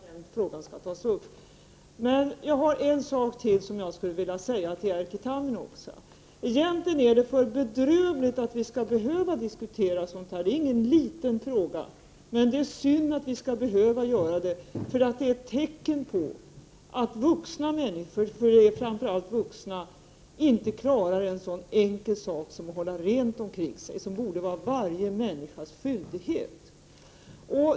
20 oktober 1988 Herr talman! Självfallet skall vi föra den diskussionen med branschens Om klorutsläppen i företrädare, som vi gör även i andra sammanhang. Jag lovar att frågan tas upp. Väte aspebar Jag har en sak till som jag skulle vilja säga till Erkki Tammenoksa. Egentligen är det för bedrövligt att vi skall behöva diskutera sådant här i riksdagen. Det är ingen liten fråga, men det är synd att vi skall behöva diskutera den, för det är ju tecken på att vuxna människor — det är framför allt vuxna — inte klarar en så enkel sak som att hålla rent omkring sig, vilket ju borde vara varje människas skyldighet.